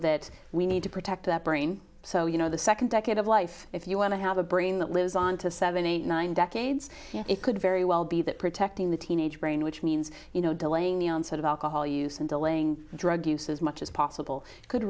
that we need to protect that brain so you know the second decade of life if you want to have a brain that lives on to seven eight nine decades it could very well be that protecting the teenage brain which means you know delaying the onset of alcohol use and delaying drug use as much as possible could